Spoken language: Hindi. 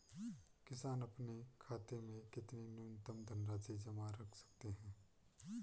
किसान अपने खाते में कितनी न्यूनतम धनराशि जमा रख सकते हैं?